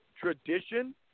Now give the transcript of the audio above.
tradition